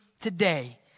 today